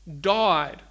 died